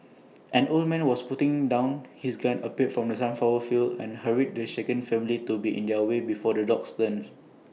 an old man who was putting down his gun appeared from the sunflower fields and hurried the shaken family to be on their way before the dogs return